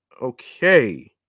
Okay